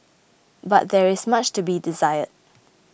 but there is much to be desired